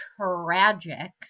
tragic